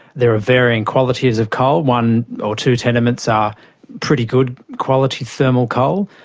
there are varying qualities of coal. one or two tenements are pretty good quality thermal coal,